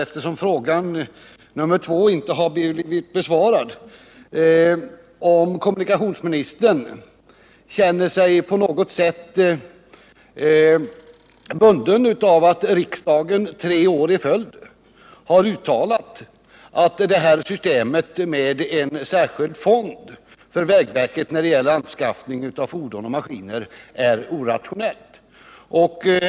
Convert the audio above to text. Eftersom min fråga nr 2 inte har blivit besvarad vill jag nu fråga om kommunikationsministern känner sig bunden av att riksdagen tre år i följd har uttalat att systemet med en särskild fond för anskaffning av fordon och maskiner är orationellt.